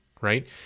Right